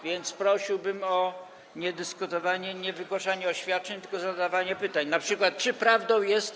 Więc prosiłbym o niedyskutowanie, niewygłaszanie oświadczeń, tylko o zadawanie pytań, np.: Czy prawdą jest?